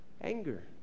anger